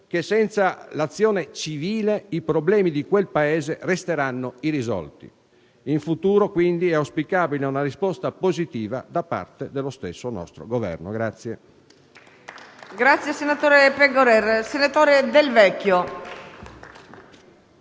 che senza l'azione civile i problemi di quel Paese resteranno irrisolti. In futuro, quindi, è auspicabile una risposta positiva da parte dello stesso nostro Governo.